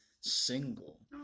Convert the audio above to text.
single